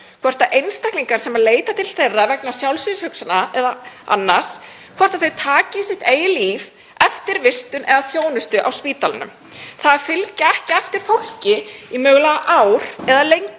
hvort einstaklingar sem leita til þeirra vegna sjálfsvígshugsana eða annars taki sitt eigið líf eftir vistun eða þjónustu á spítalanum. Það að fylgja ekki eftir fólki í mögulega ár eða lengur